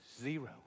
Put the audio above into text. zero